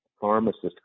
pharmacist